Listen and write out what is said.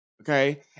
Okay